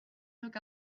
took